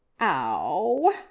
Ow